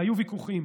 היו ויכוחים,